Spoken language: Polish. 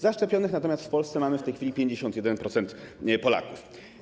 Zaszczepionych natomiast w Polsce mamy w tej chwili 51% Polaków.